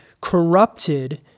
corrupted